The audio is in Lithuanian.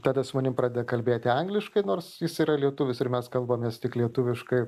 tada su manim pradeda kalbėti angliškai nors jis yra lietuvis ir mes kalbamės tik lietuviškai